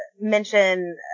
mention